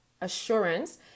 assurance